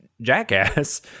jackass